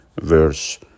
verse